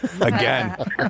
again